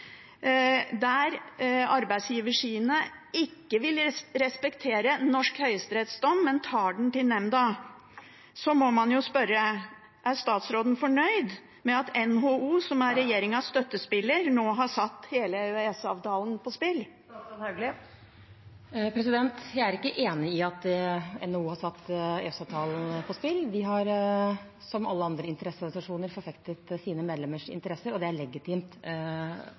ikke vil respektere en norsk høyesterettsdom, men tar den til nemnda – må man spørre: Er statsråden fornøyd med at NHO, som er regjeringens støttespiller, nå har satt hele EØS-avtalen på spill? Jeg er ikke enig i at NHO har satt EØS-avtalen på spill. De har, som alle andre interesseorganisasjoner, forfektet sine medlemmers interesser, og det er legitimt.